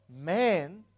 Man